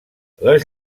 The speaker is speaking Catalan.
les